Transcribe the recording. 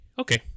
okay